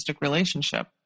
relationship